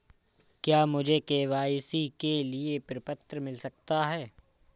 क्या मुझे के.वाई.सी के लिए प्रपत्र मिल सकता है?